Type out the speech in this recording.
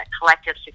collective